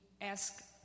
ask